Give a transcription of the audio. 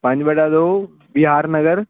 ਪੰਜ ਬਟਾ ਦੋ ਬੀ ਆਰ ਨਗਰ